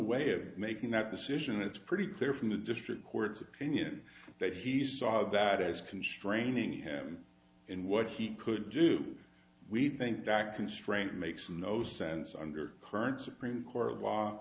way of making that decision it's pretty clear from the district court's opinion that he saw that as constraining him in what he could do we think that constraint makes no sense under current supreme court